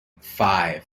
five